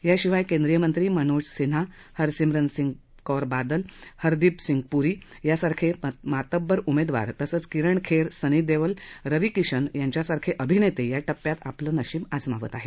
याशिवाय केंद्रिय मंत्री मनोज सिन्हा हरसिम्रत कोर बादल हरदीप सिंह पूरी यांच्यासारखे मातब्बर उमेदवार तसंच किरण खेर सनी देवल रवी किशन यांच्यासारखे अभिनेते या टप्प्यात आपलं नशिब आजमावत आहेत